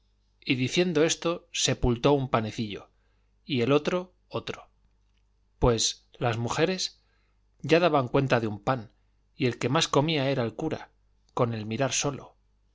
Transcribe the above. y diciendo esto sepultó un panecillo y el otro otro pues las mujeres ya daban cuenta de un pan y el que más comía era el cura con el mirar sólo